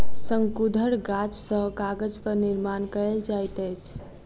शंकुधर गाछ सॅ कागजक निर्माण कयल जाइत अछि